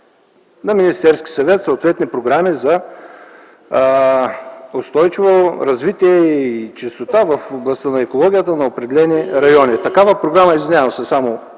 в Министерския съвет съответни програми за устойчиво развитие и чистота в областта на екологията на определени райони. Такава програма беше приета